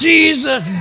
Jesus